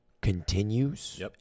continues